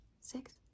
six